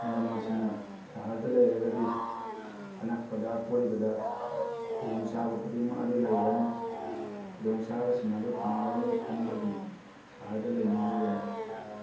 ꯃꯔꯝ ꯑꯁꯤꯅ ꯁꯍꯔꯗ ꯂꯩꯔꯒꯗꯤ ꯑꯅꯛꯄꯗ ꯑꯀꯣꯏꯕꯗ ꯈꯨꯗꯣꯡ ꯆꯥꯕ ꯈꯨꯗꯤꯡꯃꯛ ꯑꯗꯨ ꯂꯩꯔꯅꯤ ꯈꯨꯗꯣꯡ ꯆꯥꯕꯁꯤꯡ ꯑꯗꯨ ꯐꯪꯒꯅꯤ ꯈꯟꯕꯒꯤ ꯁꯍꯔꯗ ꯂꯩꯅꯤꯡꯂꯤꯕꯅꯤ